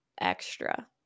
Extra